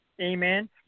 Amen